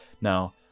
Now